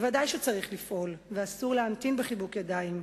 ודאי שצריך לפעול ואסור להמתין בחיבוק ידיים.